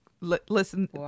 Listen